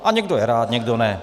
A někdo je rád, někdo ne.